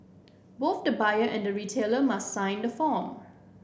both the buyer and the retailer must sign the form